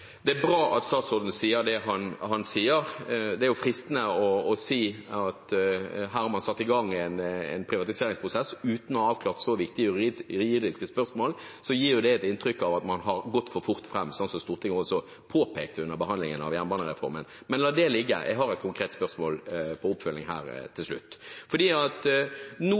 Det er bra at statsråden sier det han sier. Det er fristende å si at når man her har satt i gang en privatiseringsprosess uten å ha avklart så viktige juridiske spørsmål, gir det et inntrykk av at man har gått for fort fram, som Stortinget også påpekte under behandlingen av jernbanereformen. Men la det ligge. Jeg har et konkret oppfølgingsspørsmål til slutt. Nå avklarte statsråden at hans intensjon er at